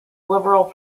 liberal